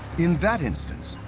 in that instance,